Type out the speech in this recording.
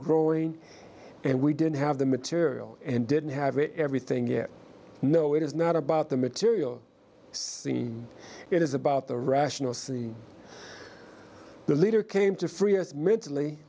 growing and we didn't have the material and didn't have it everything yet know it is not about the material seen it is about the rational the leader came to free us mentally